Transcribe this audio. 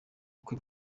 bukwe